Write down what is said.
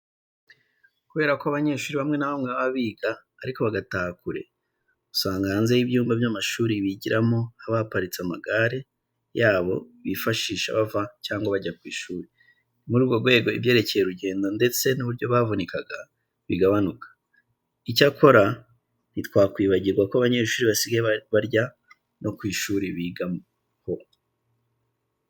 Kubera ko abanyeshuri bamwe na bamwe baba biga ariko bagataha kure, usanga hanze y'ibyumba by'amashuri bigiramo haba haparitse amagare yabo bifashisha bava cyangwa bajya ku ishuri. Ni muri urwo rwego ibyerekeye urugendo ndetse n'uburyo bavunikaga, bigabanuka. Icyakora, ntitwakwibagirwa ko abanyeshuri basigaye barya no ku ishuri bigaho.